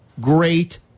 great